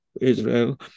Israel